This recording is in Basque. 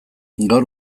gaur